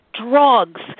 drugs